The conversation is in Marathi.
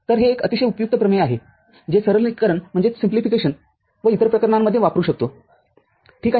तर हे एक अतिशय उपयुक्त प्रमेय आहे जे सरलीकरण व इतर प्रकरणांमध्ये वापरु शकतो ठीक आहे